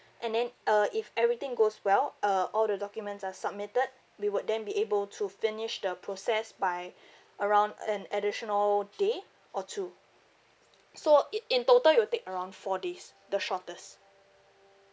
and then uh if everything goes well uh all the documents are submitted we would then be able to finish the process by around an additional day or two so in in total it'll take around four days the shortest